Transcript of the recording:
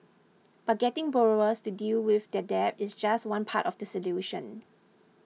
but getting borrowers to deal with their debt is just one part of the solution